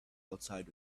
outside